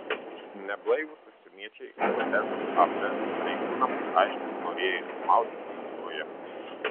neblaivūs užsieniečiai vsat pareigūnams aiškino norėję išsimaudyti jūroje